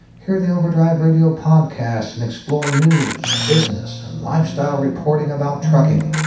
hear the overdrive radio podcast, and explore news, business and lifestyle reporting about trucking.